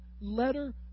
letter